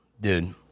Dude